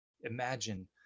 Imagine